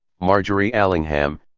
margery allingham,